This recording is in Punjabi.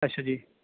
ਅੱਛਾ ਜੀ